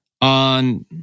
on